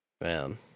Man